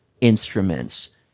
instruments